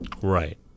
Right